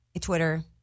Twitter